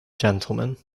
gentleman